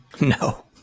No